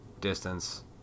distance